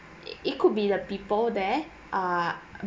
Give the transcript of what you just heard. it it could be the people there ah